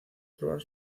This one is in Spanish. probar